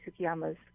sukiyama's